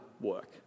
work